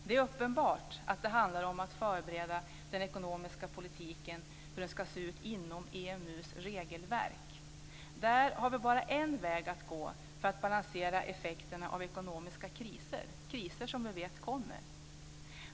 Det är uppenbart att det handlar om att förbereda för den ekonomiska politiken inom EMU:s regelverk. Där har vi bara en väg att gå för att balansera effekterna av ekonomiska kriser - kriser som vi vet kommer.